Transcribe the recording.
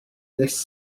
this